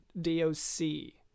D-O-C